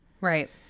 Right